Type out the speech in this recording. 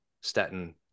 statin